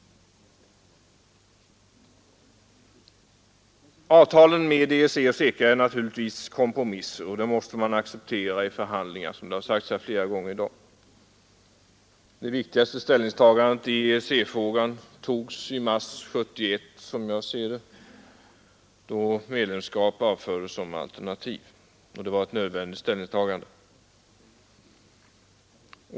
Avtalen med EEC och CECA är naturligtvis kompromisser, och det måste man acceptera i förhandlingar. Det viktigaste ställningstagandet som jag ser det i C-frågan gjordes i mars 1971, då medlemskap avfördes som alternativ, och det var ett nödvändigt ställningstagande.